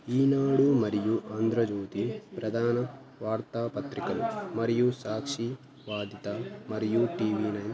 ఈనాడు మరియు ఆంధ్రజ్యోతి ప్రధాన వార్తాపత్రికలు మరియు సాక్షి వాదిత మరియు టీవీ నైన్